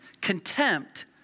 contempt